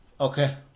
okay